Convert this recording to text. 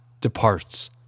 departs